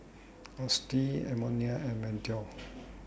Austyn Edmonia and Mateo